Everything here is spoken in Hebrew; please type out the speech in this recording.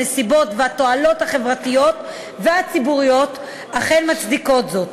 הנסיבות והתועלת החברתית והציבורית אכן מצדיקות זאת,